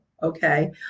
Okay